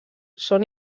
són